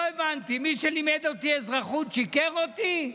לא הבנתי, מי שלימד אותי אזרחות שיקר לי?